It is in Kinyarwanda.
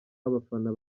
abafana